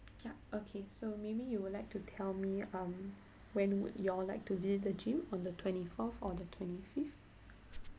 yup okay so maybe you would like to tell me um when would you all like to visit the gym on the twenty fourth or the twenty fifth